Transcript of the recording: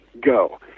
go